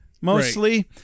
mostly